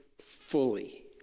fully